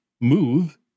move